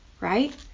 right